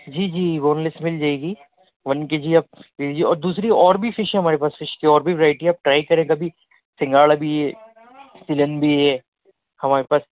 جی جی boneless مل جائے گی ون کے جی آپ لے لیجیے اور دوسری اور بھی فش ہیں ہمارے پاس فش کی اور بھی ورائیٹی ہے آپ ٹرائی کریں کبھی سنگاڑا بھی ہے سلن بھی ہے ہمارے پاس